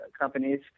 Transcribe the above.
companies